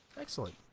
Excellent